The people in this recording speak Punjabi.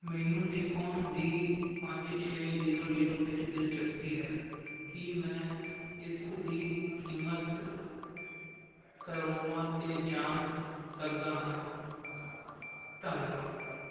ਮੈਨੂੰ ਨਿਕੋਨ ਡੀ ਪੰਜ ਛੇ ਜ਼ੀਰੋ ਜ਼ੀਰੋ ਵਿੱਚ ਦਿਲਚਸਪੀ ਹੈ ਕੀ ਮੈਂ ਇਸ ਦੀ ਕੀਮਤ ਕਰੋਮਾ 'ਤੇ ਜਾਣ ਸਕਦਾ ਹਾਂ ਧੰਨਵਾਦ